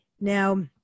Now